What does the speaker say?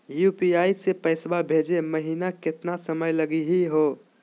UPI स पैसवा भेजै महिना केतना समय लगही हो?